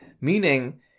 Meaning